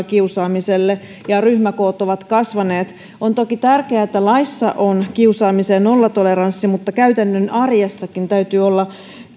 kiusaamiselle ja ryhmäkoot ovat kasvaneet on toki tärkeää että laissa on kiusaamisen nollatoleranssi mutta käytännön arjessakin täytyy olla